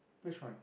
which one